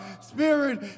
spirit